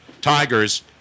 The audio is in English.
Tigers